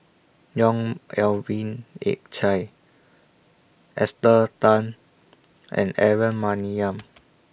Yong Melvin Yik Chye Esther Tan and Aaron Maniam